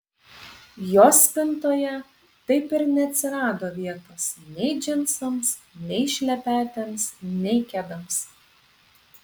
jos spintoje taip ir neatsirado vietos nei džinsams nei šlepetėms nei kedams